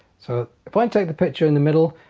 so if i take the picture in the middle